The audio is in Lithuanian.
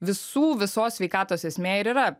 visų visos sveikatos esmė ir yra